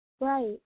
Right